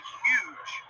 huge